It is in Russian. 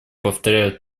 повторяю